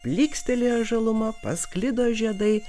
plykstelėjo žaluma pasklido žiedai